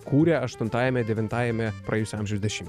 kūrė aštuntajame devintajame praėjusio amžiaus dešim